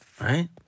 Right